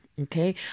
okay